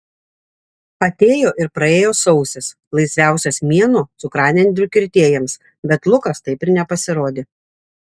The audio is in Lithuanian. atėjo ir praėjo sausis laisviausias mėnuo cukranendrių kirtėjams bet lukas taip ir nepasirodė